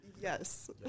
Yes